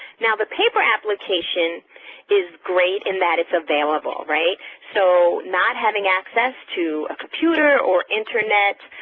now the paper application is great in that it's available, right? so not having access to a computer or internet,